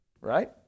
right